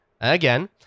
Again